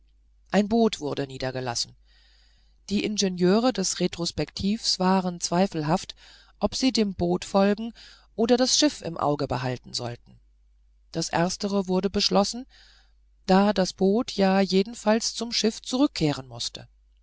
ein boot wurde herniedergelassen die ingenieure des retrospektivs waren zweifelhaft ob sie dem boot folgen oder das schiff im auge behalten sollten das erstere wurde beschlossen da das boot ja jedenfalls zum schiff zurückkehren mußte